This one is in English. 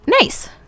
Nice